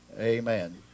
Amen